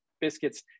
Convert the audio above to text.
Biscuit's